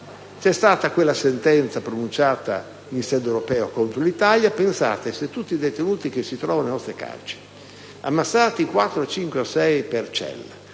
è stata una sentenza pronunciata in sede europea contro l'Italia: pensate, se tutti i detenuti che si trovano nelle nostre carceri, ammassati quattro, cinque